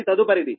అది తదుపరిది